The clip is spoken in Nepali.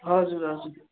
हजुर हजुर